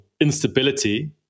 instability